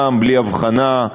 בלי הבחנה,